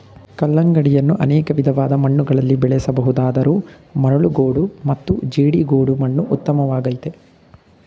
ಕಲ್ಲಂಗಡಿಯನ್ನು ಅನೇಕ ವಿಧವಾದ ಮಣ್ಣುಗಳಲ್ಲಿ ಬೆಳೆಸ ಬಹುದಾದರೂ ಮರಳುಗೋಡು ಮತ್ತು ಜೇಡಿಗೋಡು ಮಣ್ಣು ಉತ್ತಮವಾಗಯ್ತೆ